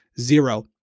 zero